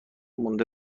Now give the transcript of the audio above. مونده